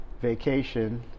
vacation